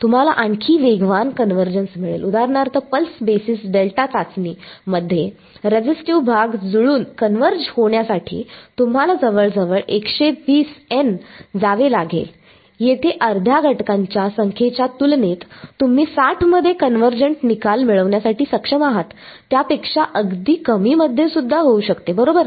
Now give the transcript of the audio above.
तुम्हाला आणखी वेगवान कन्वर्जन्स मिळेल उदाहरणार्थ पल्स बेसिस डेल्टा चाचणीमध्ये रेझिस्टिव्ह भाग जुळुन कन्वर्ज होण्यासाठी तुम्हाला जवळजवळ 120 N जावे लागेल येथे अर्ध्या घटकांच्या संख्येच्या तुलनेत तुम्ही 60 मध्ये कन्वर्जंट निकाल मिळवण्यासाठी सक्षम आहात त्यापेक्षा अगदी कमी मध्ये सुद्धा होऊ शकते बरोबर